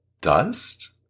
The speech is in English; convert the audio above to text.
dust